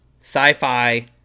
sci-fi